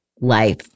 life